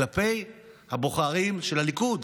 כלפי הבוחרים של הליכוד,